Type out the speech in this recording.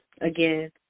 again